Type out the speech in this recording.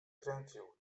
kręcił